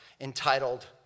entitled